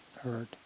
hurt